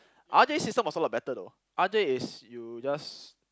R_J system was a lot better though R_J is you just